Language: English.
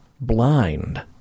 blind